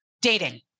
Dating